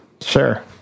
sure